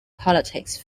politics